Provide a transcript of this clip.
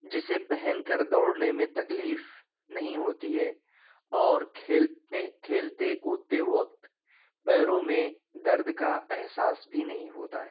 جسے پہن کر دوڑنے میں تکلیف نہیں ہوتی ہے اور کھیلنے کھیلتے کودتے وقت پیروں میں درد کا احساس بھی نہیں ہوتا ہے